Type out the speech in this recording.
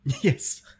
Yes